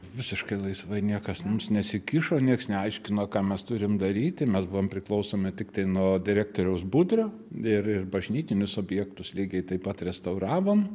visiškai laisvai niekas mums nesikišo nieks neaiškino ką mes turim daryti mes buvom priklausomi tiktai nuo direktoriaus budrio ir ir bažnytinius objektus lygiai taip pat restauravom